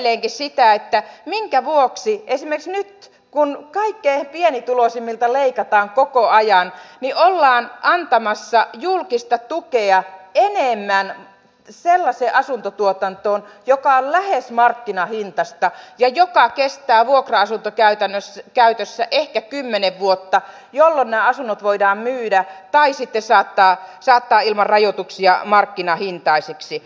kysyn edelleenkin sitä minkä vuoksi esimerkiksi nyt kun kaikkein pienituloisimmilta leikataan koko ajan ollaan antamassa julkista tukea enemmän sellaiseen asuntotuotantoon joka on lähes markkinahintaista ja joka kestää vuokra asuntokäytössä ehkä kymmenen vuotta jolloin nämä asunnot voidaan myydä tai sitten saattaa ilman rajoituksia markkinahintaisiksi